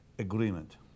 Agreement